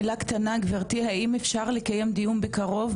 מילה קטנה גבירתי, האם אפשר לקיים דיון בקרוב?